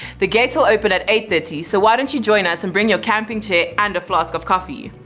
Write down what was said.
the gates will open at eight thirty so why don't you join us and bring your camping tip and a flask of coffee.